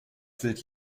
quillt